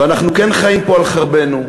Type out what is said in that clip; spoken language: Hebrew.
ואנחנו כן חיים פה על חרבנו,